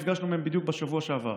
נפגשנו בדיוק בשבוע שעבר,